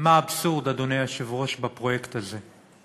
מה האבסורד, אדוני, בפרויקט הזה.